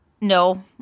No